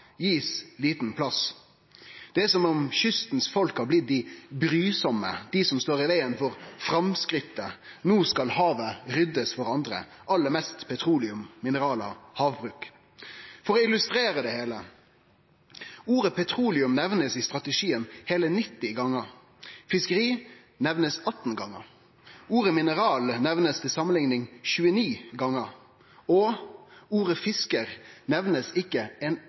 liten plass. Det er som om kystfolket har blitt dei brysame, dei som står i vegen for framsteget. No skal havet ryddast for andre, aller mest petroleum, mineral og havbruk. For å illustrere det heile: Ordet «petroleum» blir nemnt i strategien heile 90 gonger. Ordet «fiskeri» blir nemnt 18 gonger. Ordet «mineral» blir – til samanlikning – nemnt 29 gonger. Ordet «fiskar» blir ikkje nemnt ein